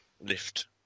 lift